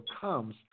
comes